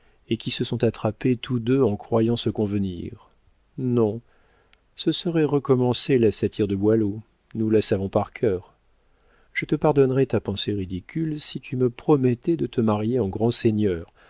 et qui se sont attrapés tous deux en croyant se convenir non ce serait recommencer la satire de boileau nous la savons par cœur je te pardonnerais ta pensée ridicule si tu me promettais de te marier en grand seigneur